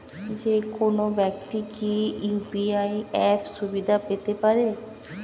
যেকোনো ব্যাক্তি কি ইউ.পি.আই অ্যাপ সুবিধা পেতে পারে?